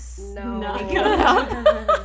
no